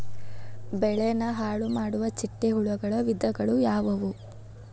ಬೆಳೆನ ಹಾಳುಮಾಡುವ ಚಿಟ್ಟೆ ಹುಳುಗಳ ವಿಧಗಳು ಯಾವವು?